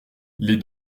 les